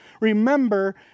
Remember